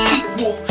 equal